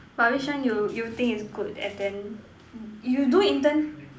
but which one you you think is good and then you do intend